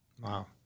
Wow